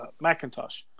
macintosh